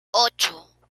ocho